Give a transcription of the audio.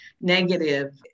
negative